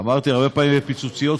אמרתי: הרבה פעמים בפיצוציות קטנות,